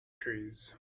trees